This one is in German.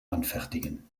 anfertigen